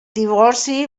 divorci